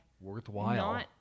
worthwhile